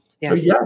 yes